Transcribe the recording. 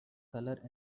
colour